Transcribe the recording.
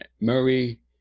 Murray